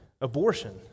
abortion